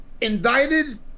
indicted